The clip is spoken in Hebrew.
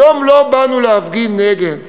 היום לא באנו להפגין נגד,